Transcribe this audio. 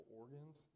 organs